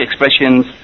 expressions